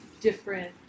different